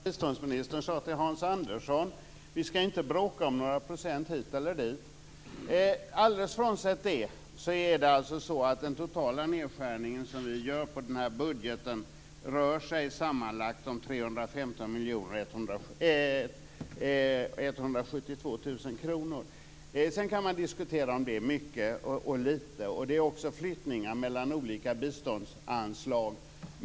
Fru talman! Jag skall börja med att återge vad biståndsministern sade till Hans Andersson: Vi skall inte bråka om några procent hit eller dit. Alldeles frånsett det rör sig alltså den totala nedskärning som vi vill göra på den här budgeten om 315 172 000 kr. Sedan kan man diskutera om det är mycket eller litet. Det är också flyttningar mellan olika biståndsanslag.